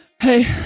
Hey